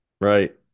Right